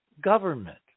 government